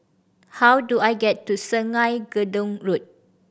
how do I get to Sungei Gedong Road